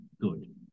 good